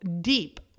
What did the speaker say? deep